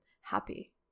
happy